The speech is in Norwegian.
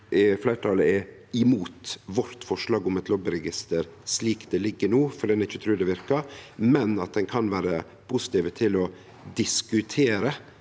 fleirtalet er imot vårt forslag om eit lobbyregister slik det ligg no, fordi ein ikkje trur det verkar, men at ein kan vere positiv til å diskutere